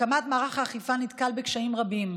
הקמת מערך האכיפה נתקל בקשיים רבים,